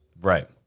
Right